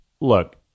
look